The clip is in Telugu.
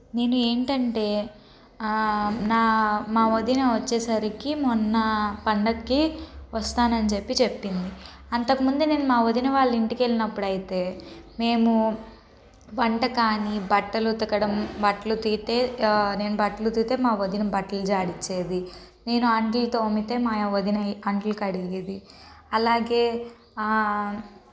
నేను ఏంటంటే నా మా వదిన వచ్చేసరికి మొన్న పండక్కి వస్తానని చెప్పి చెప్పింది అంతకు ముందే నేను మా వదిన వాళ్ళ ఇంటికి వెళ్ళినప్పుడు అయితే మేము వంట కానీ బట్టలు ఉతకడం బట్టలు ఉతికితే నేను బట్టలు ఉతికితే మా వదిన బట్టలు జాడించేది నేను అంట్లు తోమితే మా వదిన అంట్లు కడిగేది అలాగే